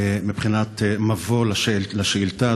בבחינת מבוא לשאילתה,